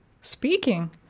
speaking